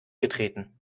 getreten